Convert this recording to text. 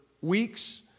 weeks